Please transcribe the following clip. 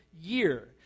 year